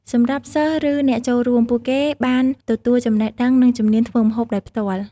សម្រាប់ សិស្ស ឬអ្នកចូលរួម ពួកគេបានទទួលចំណេះដឹងនិងជំនាញធ្វើម្ហូបដោយផ្ទាល់។